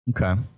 Okay